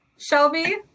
Shelby